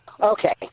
Okay